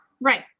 Right